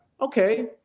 okay